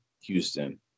Houston